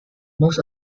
most